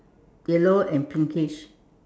yellow and pinkish